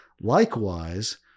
Likewise